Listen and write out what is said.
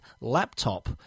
laptop